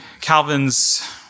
Calvin's